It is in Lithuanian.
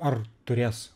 ar turės